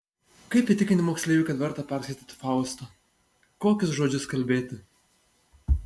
kaip įtikinti moksleivį kad verta perskaityti faustą kokius žodžius kalbėti